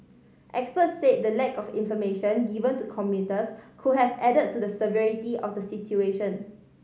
experts say the lack of information given to commuters could have add to the severity of the situation